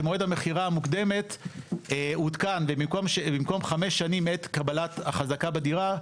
שמועד המכירה המוקדמת עודכן ובמקום חמש שנים מעת קבלת החזקה בדירה,